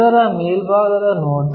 ಅದರ ಮೇಲ್ಭಾಗದ ನೋಟ